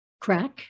crack